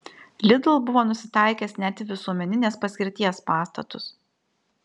lidl buvo nusitaikęs net į visuomeninės paskirties pastatus